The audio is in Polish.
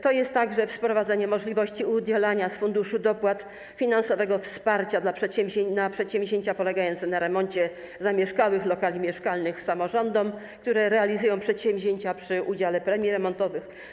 To jest także wprowadzenie możliwości udzielania z Funduszu Dopłat finansowego wsparcia na przedsięwzięcia polegające na remoncie zamieszkanych lokali mieszkalnych samorządom, które realizują przedsięwzięcia przy udziale premii remontowych.